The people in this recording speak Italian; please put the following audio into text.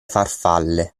farfalle